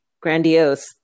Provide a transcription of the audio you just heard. grandiose